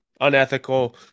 unethical